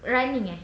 running eh